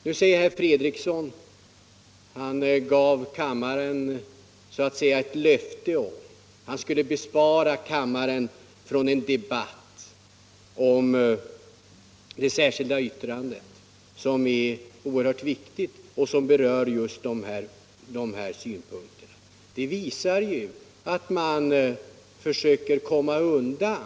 Nu lovade herr Fredriksson att han skulle bespara kammaren en debatt med mig på den här punkten. Det visar att man försöker komma undan.